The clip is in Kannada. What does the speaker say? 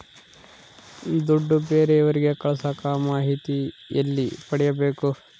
ದುಡ್ಡು ಬೇರೆಯವರಿಗೆ ಕಳಸಾಕ ಮಾಹಿತಿ ಎಲ್ಲಿ ಪಡೆಯಬೇಕು?